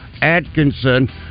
Atkinson